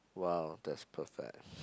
!wow! that's perfect